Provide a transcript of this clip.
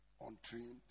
untrained